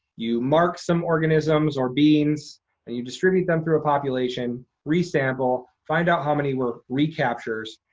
you mark some organisms or beans and you distribute them through a population, re-sample, find out how many were recaptures,